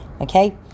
okay